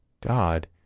God